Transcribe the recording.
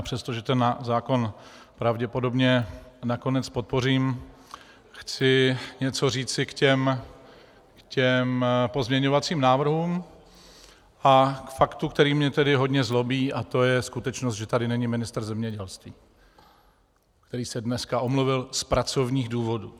Přestože ten zákon pravděpodobně nakonec podpořím, chci něco říci k těm pozměňovacím návrhům a k faktu, který mě hodně zlobí, a to je skutečnost, že tady není ministr zemědělství, který se dnes omluvil z pracovních důvodů.